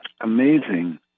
amazing